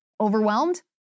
Overwhelmed